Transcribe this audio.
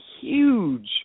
huge